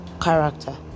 character